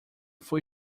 foi